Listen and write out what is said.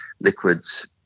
liquids